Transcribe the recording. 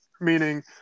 meaning